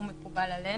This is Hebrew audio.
הוא מקובל עלינו.